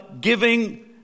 giving